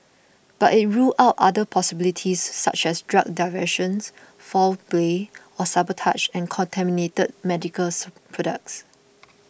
but it ruled out other possibilities such as drug diversion foul play or sabotage and contaminated medical products